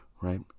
right